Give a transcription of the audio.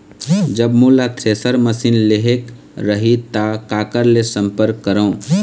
जब मोला thresher machine लेहेक रही ता काकर ले संपर्क करों?